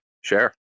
share